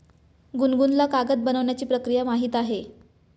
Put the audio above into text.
गुनगुनला कागद बनवण्याची प्रक्रिया माहीत आहे